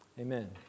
Amen